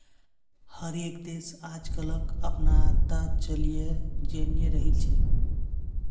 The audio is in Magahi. हर एक देश आजकलक अपनाता चलयें जन्य रहिल छे